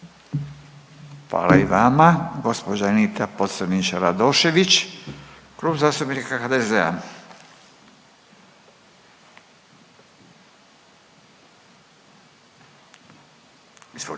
Hvala i vama. Gospođa Anita Pocrnić Radošević, Klub zastupnika HDZ-a. Izvolite.